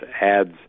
adds